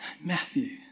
Matthew